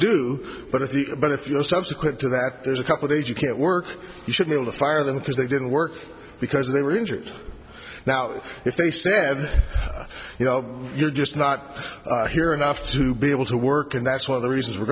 can but if you're subsequent to that there's a couple days you can't work you should be able to fire them because they didn't work because they were injured now if they said you know you're just not here enough to be able to work and that's one of the reasons we're